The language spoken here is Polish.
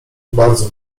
bardzo